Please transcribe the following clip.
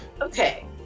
Okay